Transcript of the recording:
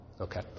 Okay